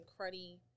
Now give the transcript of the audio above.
cruddy